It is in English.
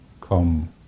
come